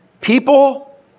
People